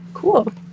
Cool